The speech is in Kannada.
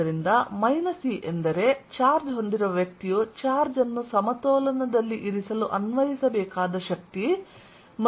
ಆದ್ದರಿಂದ ಮೈನಸ್ E ಎಂದರೆ ಚಾರ್ಜ್ ದೊಂದಿಗಿರುವ ವ್ಯಕ್ತಿಯು ಚಾರ್ಜ್ ಅನ್ನು ಸಮತೋಲನದಲ್ಲಿ ಇರಿಸಲು ಅನ್ವಯಿಸಬೇಕಾದ ಶಕ್ತಿ ಮತ್ತು ಡಿಎಲ್ ಪ್ರಯಾಣಿಸಿದ ದೂರ